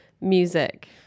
music